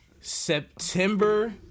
September